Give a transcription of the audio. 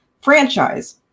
franchise